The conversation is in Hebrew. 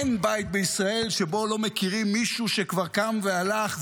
אין בית בישראל שבו לא מכירים מישהו שכבר קם והלך,